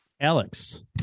Alex